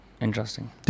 Interesting